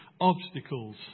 obstacles